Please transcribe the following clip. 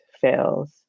fails